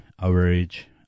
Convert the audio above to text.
average